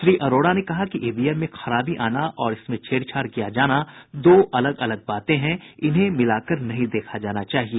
श्री अरोड़ा ने कहा कि ईवीएम में खराबी आना और इसमें छेड़छाड़ किया जाना दो अलग अलग बातें हैं इन्हें मिलाकर नहीं देखा जाना चाहिए